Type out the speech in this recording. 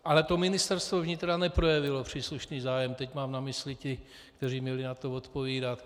Ale Ministerstvo vnitra neprojevilo příslušný zájem teď mám na mysli ty, kteří měli za to zodpovídat.